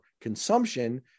consumption